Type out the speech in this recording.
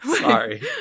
Sorry